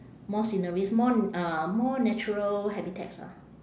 more sceneries more uh more natural habitats ah